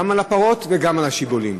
גם על הפרות וגם על השיבולים.